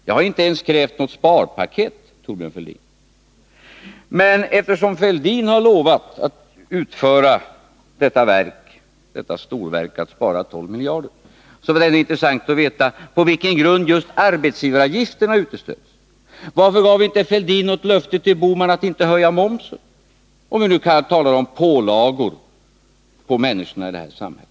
Jag har inte ens krävt något sparpaket, Thorbjörn Fälldin. Men eftersom Thorbjörn Fälldin har lovat att utföra detta storverk att spara 12 miljarder, så hade det varit intressant att få veta på vilken grund just arbetsgivaravgifterna uteslöts. Varför gav inte Thorbjörn Fälldin något löfte till Gösta Bohman om att inte höja momsen, när vi nu talar om pålagor på människorna i det här samhället?